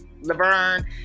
Laverne